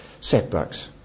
setbacks